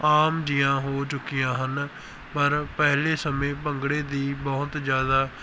ਆਮ ਜੀਆਂ ਹੋ ਚੁੱਕੀਆਂ ਹਨ ਪਰ ਪਹਿਲੇ ਸਮੇਂ ਭੰਗੜੇ ਦੀ ਬਹੁਤ ਜ਼ਿਆਦਾ